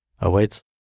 awaits